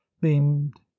beamed